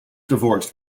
divorced